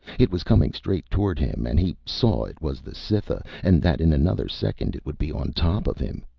it was coming straight toward him and he saw it was the cytha and that in another second it would be on top of him.